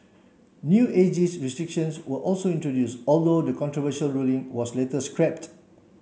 new ageist restrictions were also introduce although the controversial ruling was later scrapped